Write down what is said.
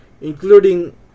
including